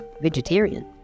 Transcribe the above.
vegetarian